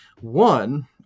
One